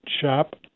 shop